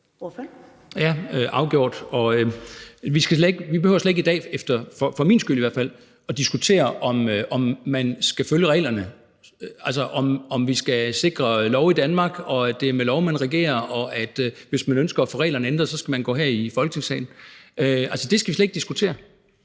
(DF): Ja, afgjort. Vi behøver slet ikke i dag – for min skyld i hvert fald – at diskutere, om man skal følge reglerne, altså om vi skal sikre lovens overholdelse i Danmark, at det er med lov, man regerer, og at hvis man ønsker at få reglerne ændret, skal man gå her i Folketingssalen. Det skal vi slet ikke diskutere.